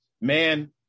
man